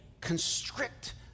constrict